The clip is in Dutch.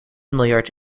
miljard